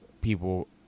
people